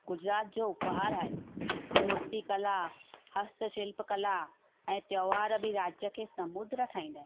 गुजरात जो उपहारु आहे मुर्ती कला हस्त शिल्प कला ऐं त्योहार बि राज्य खे समुद्र ठाहींदा आहिन